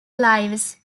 lives